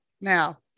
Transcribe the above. Now